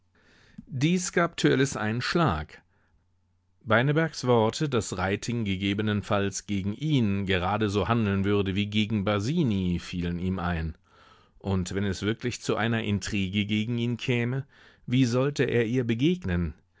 dies gab törleß einen schlag beinebergs worte daß reiting gegebenenfalls gegen ihn gerade so handeln würde wie gegen basini fielen ihm ein und wenn es wirklich zu einer intrige gegen ihn käme wie sollte er ihr begegnen